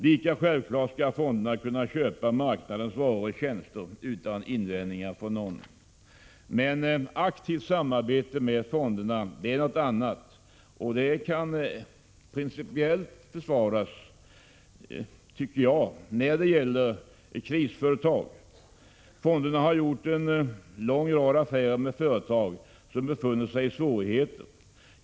Lika självfallet skall fonderna kunna köpa marknadens varor och tjänster utan invändningar från någon. Men aktivt samarbete med fonderna är något annat. Det kan principiellt försvaras, tycker jag, när det gäller krisföretag. Fonderna har gjort en lång rad affärer med företag som befunnit sig i svårigheter.